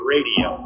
Radio